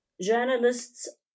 Journalists